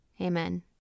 amen